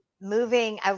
moving